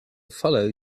follow